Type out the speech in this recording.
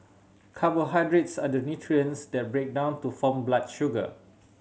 carbohydrates are the nutrients that break down to form blood sugar